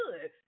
good